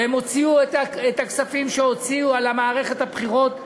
והן הוציאו את הכספים שהוציאו על מערכת הבחירות שניהלו,